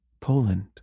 Poland